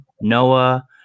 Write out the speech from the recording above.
Noah